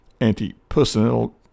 anti-personnel